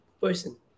person